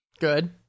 Good